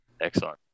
Excellent